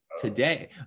today